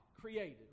created